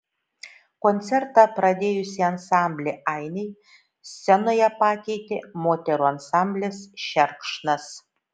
koncertą pradėjusį ansamblį ainiai scenoje pakeitė moterų ansamblis šerkšnas